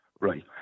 Right